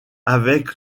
avec